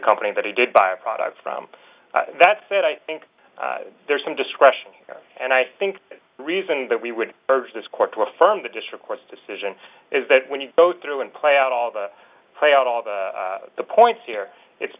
company that he did buy a product from that's it i think there's some discretion and i think the reason that we would urge this court to affirm the district court's decision is that when you go through and play out all the play out all of the points here it's